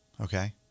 Okay